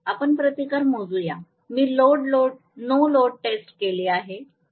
आपण प्रतिकार मोजुया मी नो लोड टेस्ट केली आहे